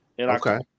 Okay